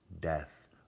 death